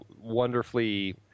wonderfully